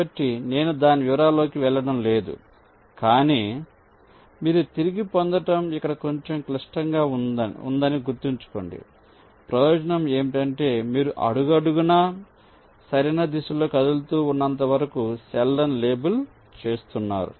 కాబట్టి నేను దాని వివరాలలోకి వెళ్ళడం లేదు కానీ మీరు తిరిగి పొందడం ఇక్కడ కొంచెం క్లిష్టంగా ఉందని గుర్తుంచుకోండి కానీ ప్రయోజనం ఏమిటంటే మీరు అడుగడుగునా మీరు సరైనదిశలో కదులుతూ ఉన్నంతవరకు సెల్ లను లేబుల్ చేస్తున్నారు